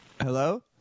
Hello